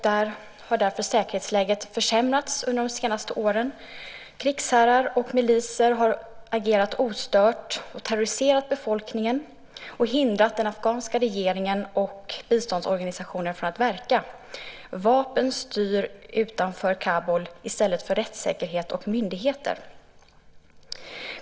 Där har därför säkerhetsläget försämrats under de senaste åren. Krigsherrar och miliser har agerat ostört, terroriserat befolkningen och hindrat den afghanska regeringen och biståndsorganisationer att verka. Vapen styr utanför Kabul i stället för rättssäkerhet och myndigheter.